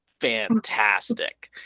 fantastic